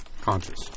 conscious